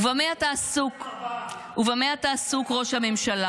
למה את אומרת שהגיעו שליש?